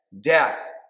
Death